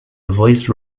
voice